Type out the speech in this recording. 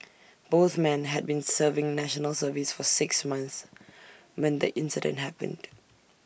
both men had been serving National Service for six months when the incident happened